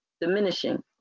diminishing